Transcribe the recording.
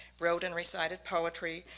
wrote and recited poetry,